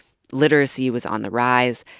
literacy was on the rise.